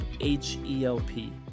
H-E-L-P